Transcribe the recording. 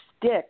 stick